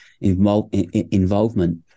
involvement